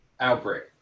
Outbreak